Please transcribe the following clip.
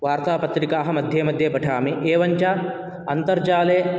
वार्तापत्रिकाः मध्ये मध्ये पठामि एवञ्च अन्तर्जाले